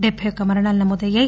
డెబ్బై ఒక్క మరణాలు నమోదయ్యాయి